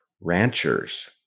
ranchers